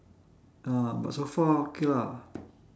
ah but so far okay lah